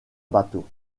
bateau